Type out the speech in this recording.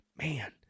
Man